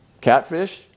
Catfish